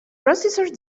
processor